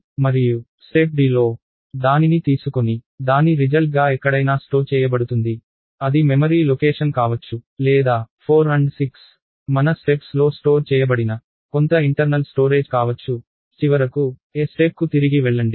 మరియు step D లో దానిని తీసుకొని దాని రిజల్ట్ గా ఎక్కడైనా నిల్వ చేయబడుతుంది అది మెమరీ లొకేషన్ కావచ్చు లేదా 4 మరియు 6 మన స్టెప్స్ లో స్టోర్ చేయబడిన కొంత ఇంటర్నల్ స్టోరేజ్ కావచ్చు చివరకు A స్టెప్ కు తిరిగి వెళ్లండి